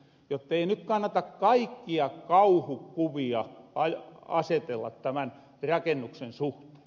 jottei ny kannata kaikkia kauhukuvia asetella tämän rakennuksen suhteen